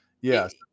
yes